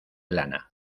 lana